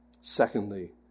Secondly